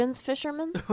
fishermen